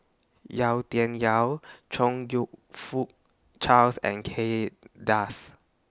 Yau Tian Yau Chong YOU Fook Charles and Kay Das